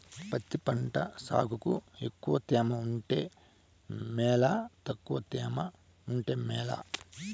పత్తి పంట సాగుకు ఎక్కువగా తేమ ఉంటే మేలా తక్కువ తేమ ఉంటే మేలా?